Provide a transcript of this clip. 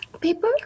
paper